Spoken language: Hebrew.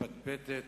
בפטפטת,